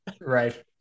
Right